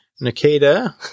Nikita